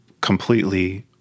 completely